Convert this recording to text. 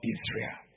Israel